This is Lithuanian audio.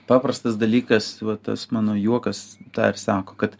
paprastas dalykas va tas mano juokas tą ir sako kad